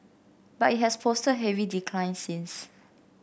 but it has posted heavy declines since